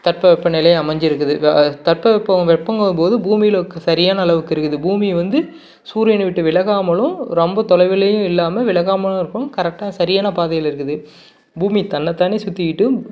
தட்ப வெப்பநிலை அமைஞ்சிருக்குது தட்ப வெப்பம் வெப்பங்கும் போது பூமியில் இருக்க சரியான அளவுக்கு இருக்குது பூமி வந்து சூரியனை விட்டு விலகாமலும் ரொம்ப தொலைவிலேயும் இல்லாமல் விலகாமலும் இருக்கும் கரெக்டாக சரியான பாதையில் இருக்குது பூமி தன்னை தானே சுற்றிக்கிட்டும்